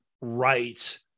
right